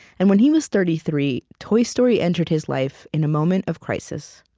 and when he was thirty three, toy story entered his life in a moment of crisis